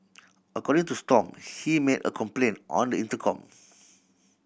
according to Stomp he made a complaint on the intercom